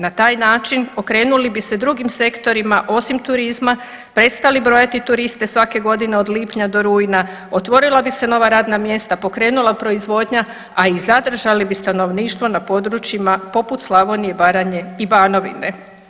Na taj način okrenuli bi se drugim sektorima osim turizma, prestali brojati turiste svake godine od lipnja do rujna, otvorila bi se nova radna mjesta, pokrenula proizvodnja, a i zadržali bi stanovništvo na područjima poput Slavonije, Baranje i Banovine.